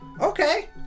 Okay